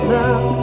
now